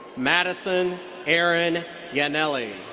madison erin yanelli.